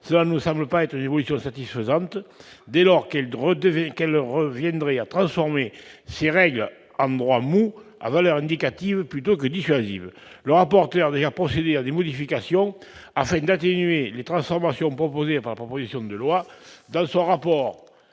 Cela ne nous semble pas être une évolution satisfaisante, dès lors qu'elle reviendrait à transformer ces règles en droit mou, à valeur indicative plutôt que dissuasive. Le rapporteur a déjà procédé à des modifications, afin d'atténuer les transformations proposées par le présent texte. Dans son rapport,